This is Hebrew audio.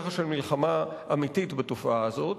יחס של מלחמה אמיתית בתופעה הזאת.